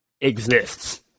exists